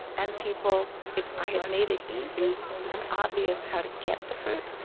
and people if i had made it easy and obvious how to get the fruit,